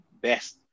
best